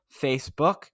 Facebook